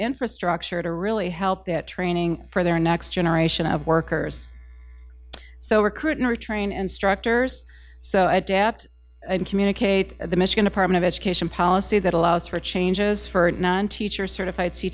infrastructure to really help that training for their next generation of workers so recruit train and structures so adapt and communicate the michigan department of education policy that allows for changes for non teachers certified